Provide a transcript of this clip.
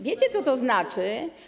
Wiecie, co to znaczy?